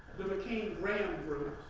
the mccain graham group,